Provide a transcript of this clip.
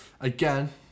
Again